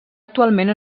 actualment